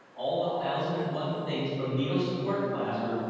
all the thousand and one things, from needles to court-plaster,